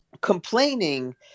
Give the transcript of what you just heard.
complaining